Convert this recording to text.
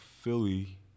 Philly